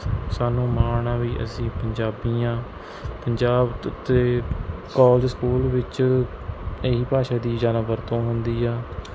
ਸਾਨੂੰ ਮਾਣ ਆ ਵੀ ਅਸੀਂ ਪੰਜਾਬੀ ਹਾਂ ਪੰਜਾਬ ਤ ਅਤੇ ਕੋਲਜ ਸਕੂਲ ਵਿੱਚ ਇਹੀ ਭਾਸ਼ਾ ਦੀ ਜ਼ਿਆਦਾ ਵਰਤੋਂ ਹੁੰਦੀ ਆ